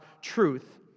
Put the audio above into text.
truth